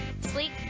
Sleek